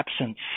absence